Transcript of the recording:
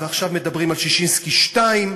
ועכשיו מדברים על ששינסקי 2,